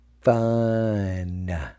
fun